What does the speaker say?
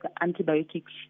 antibiotics